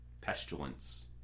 Pestilence